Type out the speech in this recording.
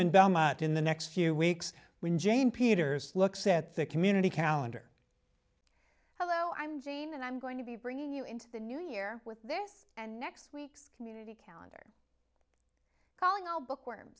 in belmont in the next few weeks when jane peters looks at the community calendar hello i'm gene and i'm going to be bringing you into the new year with this and next week's community calendar calling all bookworm